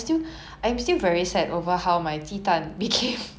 ya it was quite 难吃 lah